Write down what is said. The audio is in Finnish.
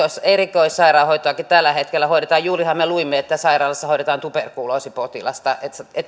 erikoissairaanhoitoakin tällä hetkellä annetaan juurihan me luimme että sairaalassa hoidetaan tuberkuloosipotilasta